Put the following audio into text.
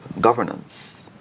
governance